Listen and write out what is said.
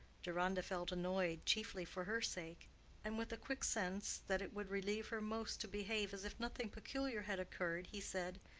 deronda felt annoyed, chiefly for her sake and with a quick sense, that it would relieve her most to behave as if nothing peculiar had occurred, he said,